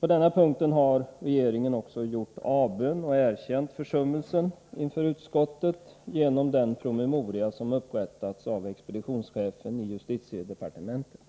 På denna punkt har regeringen gjort avbön och erkänt försummelsen inför utskottet genom den promemoria som upprättats av expeditionschefen i justitiedepartementet.